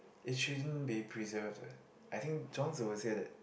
is choosing be preserved leh I think Zhuang-Zi would say that